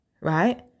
right